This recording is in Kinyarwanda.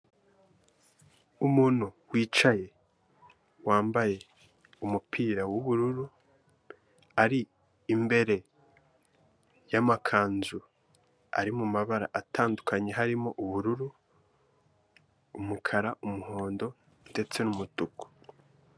Umuntu wicaye wambaye umupira w'ubururu, ari imbere y'amakanzu ari mu mabara atandukanye harimo ubururu, umukara, umuhondo ndetse n' umutuku.